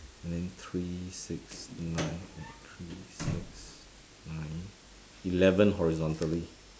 and then three six nine wait three six nine eleven horizontally